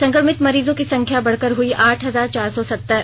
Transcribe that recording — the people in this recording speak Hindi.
संक्रमित मरीजों की संख्या बढ़कर हुई आठ हजार चार सौ सत्तर